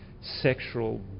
sexual